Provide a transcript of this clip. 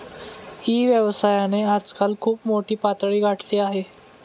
E व्यवसायाने आजकाल खूप मोठी पातळी गाठली आहे